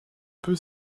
peu